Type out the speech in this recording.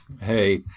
Hey